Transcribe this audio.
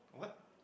what